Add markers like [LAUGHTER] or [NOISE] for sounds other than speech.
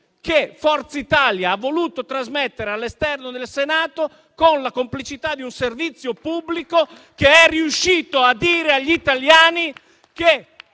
che Forza Italia ha voluto trasmettere all'esterno del Senato, con la complicità di un servizio pubblico [APPLAUSE] che è riuscito a dire agli italiani che